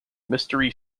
mystery